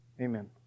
Amen